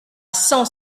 cent